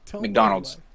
McDonald's